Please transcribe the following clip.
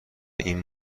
این